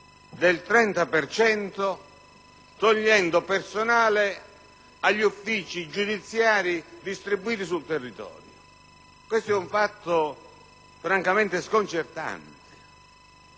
cento, togliendo personale agli uffici giudiziari distribuiti sul territorio. Questo è un fatto francamente sconcertante,